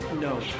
no